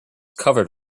covered